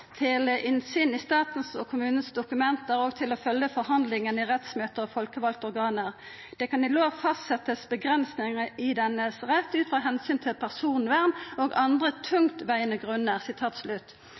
til innsyn i statens og kommunenes dokumenter og til å følge forhandlingene i rettsmøter og folkevalgte organer. Det kan i lov fastsettes begrensninger i denne rett ut fra hensyn til personvern og av andre tungtveiende grunner.»